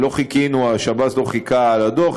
השב"ס לא חיכה לדוח,